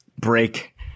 break